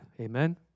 Amen